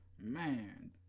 Man